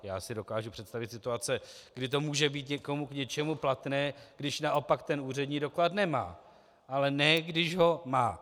Já si dokážu představit situace, kdy to může být někomu k něčemu platné, když naopak ten úřední doklad nemá, ale ne když ho má.